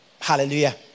Hallelujah